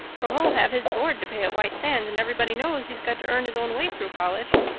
for he'll have his board to pay at white sands, and everybody knows he's got to earn his own way through college.